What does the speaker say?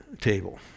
table